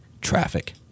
Traffic